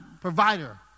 provider